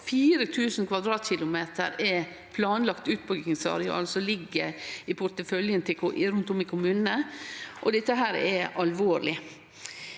4 000 km[2] planlagt utbyggingsareal som ligg i porteføljen rundt om i kommunane. Dette er alvorleg.